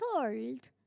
told